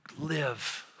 live